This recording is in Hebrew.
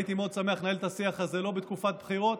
הייתי מאוד שמח לנהל את השיח הזה לא בתקופת בחירות,